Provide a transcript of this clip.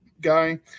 guy